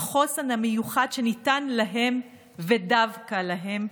בחוסן המיוחד שניתן להם, ודווקא להם,